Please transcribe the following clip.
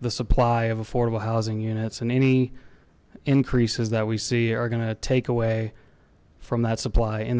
the supply of affordable housing units and any increases that we see are going to take away from that supply in